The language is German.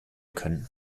können